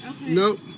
Nope